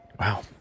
Wow